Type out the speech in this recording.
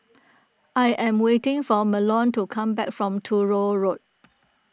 I am waiting for Marlon to come back from Truro Road